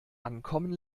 ankommen